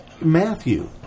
Matthew